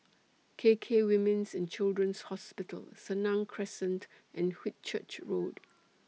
K K Women's and Children's Hospital Senang Crescent and Whitchurch Road